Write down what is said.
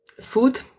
food